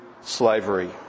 slavery